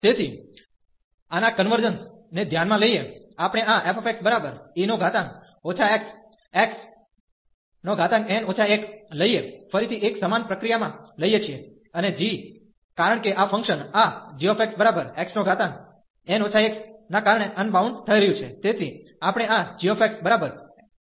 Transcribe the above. તેથી આના કન્વર્જન્સ ને ધ્યાનમાં લઈએ આપણે આ fxe xxn 1 લઈએ ફરીથી એક સમાન પ્રક્રિયામાં લઈએ છીએ અને g કારણ કે આ ફંકશન આ gxxn 1 ના કારણે અનબાઉન્ડ થઈ રહ્યું છે